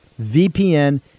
VPN